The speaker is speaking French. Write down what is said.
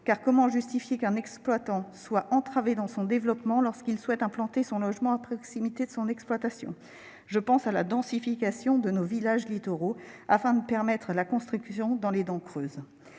: comment justifier qu'un exploitant soit entravé dans son développement lorsqu'il souhaite implanter son logement à proximité de son exploitation ? Je pense enfin à la densification de nos villages littoraux, qui nécessiterait de permettre les constructions dans les dents creuses.